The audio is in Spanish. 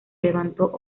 levantó